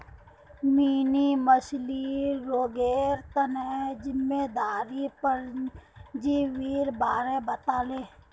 mini मछ्लीर रोगेर तना जिम्मेदार परजीवीर बारे बताले